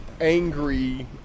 Angry